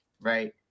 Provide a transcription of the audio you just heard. right